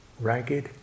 ragged